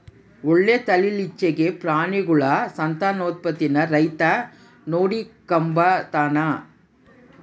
ಒಳ್ಳೆ ತಳೀಲಿಚ್ಚೆಗೆ ಪ್ರಾಣಿಗುಳ ಸಂತಾನೋತ್ಪತ್ತೀನ ರೈತ ನೋಡಿಕಂಬತಾನ